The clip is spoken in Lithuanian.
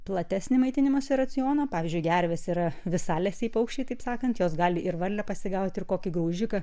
platesnį maitinimosi racioną pavyzdžiui gervės yra visalesiai paukščiai kaip sakant jos gali ir varlę pasigauti ir kokį graužiką